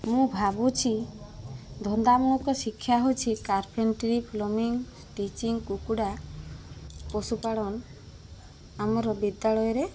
ମୁଁ ଭାବୁଛି ଧନ୍ଦା ମୂଳକ ଶିକ୍ଷା ହଉଛି କାର୍ପେଟିଙ୍ଗ୍ ପ୍ଲମିଙ୍ଗ୍ ଟିଚିଙ୍ଗ୍ କୁକୁଡ଼ା ପଶୁ ପାଳନ ଆମର ବିଦ୍ୟାଳୟରେ